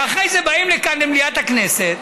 ואחרי זה באים לכאן, למליאת הכנסת,